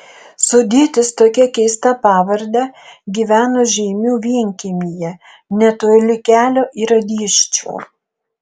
sodietis tokia keista pavarde gyveno žeimių vienkiemyje netoli kelio į radyščių